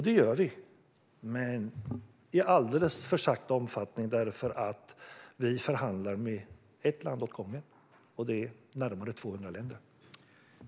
Det arbetar vi för, men vi gör det i alldeles för långsam takt. Vi förhandlar med ett land åt gången, och det rör sig om närmare 200 länder.